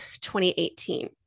2018